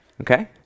Okay